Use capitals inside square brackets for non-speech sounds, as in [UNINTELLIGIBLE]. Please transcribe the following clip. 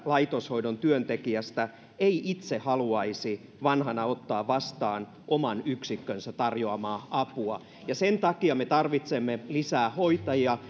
laitoshoidon työntekijästä ei itse haluaisi vanhana ottaa vastaan oman yksikkönsä tarjoamaa apua sen takia me tarvitsemme lisää hoitajia [UNINTELLIGIBLE]